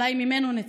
ואולי ממנו נצא.